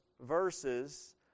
verses